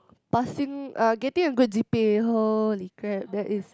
passing uh getting a good G_P_A holy crap that is